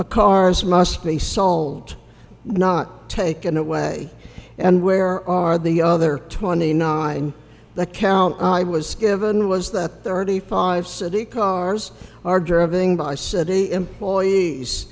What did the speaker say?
the cars must be sold not taken away and where are the other twenty nine the count i was given was that thirty five city cars are driving by city employees